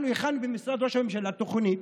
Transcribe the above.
אנחנו הכנו במשרד ראש הממשלה תוכנית,